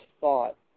thought